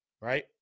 Right